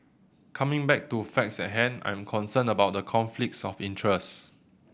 coming back to facts at hand I am concerned about the conflicts of interest